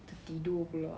tertidur pula